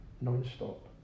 non-stop